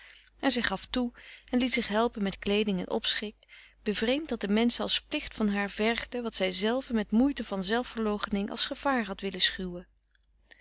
en zij gaf toe en liet zich helpen met kleeding en opschik bevreemd dat de menschen als plicht van haar vergden wat zij zelve met moeite van zelfverloochening als gevaar had willen schuwen